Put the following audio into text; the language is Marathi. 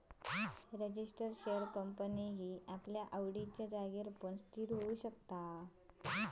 रजीस्टर शेअर कंपनी आपल्या आवडिच्या जागेर पण स्थिर होऊ शकता